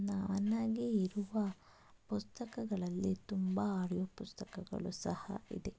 ನನಗೆ ಇರುವ ಪುಸ್ತಕಗಳಲ್ಲಿ ತುಂಬ ಆಡಿಯೋ ಪುಸ್ತಕಗಳು ಸಹ ಇದೆ